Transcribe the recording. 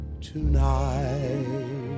tonight